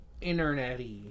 internet-y